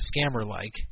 scammer-like